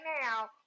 now